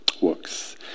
works